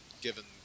given